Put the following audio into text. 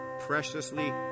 preciously